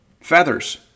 feathers